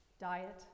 diet